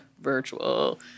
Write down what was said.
virtual